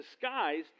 disguised